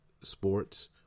sports